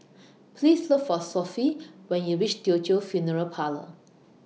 Please Look For Sophie when YOU REACH Teochew Funeral Parlour